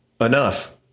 enough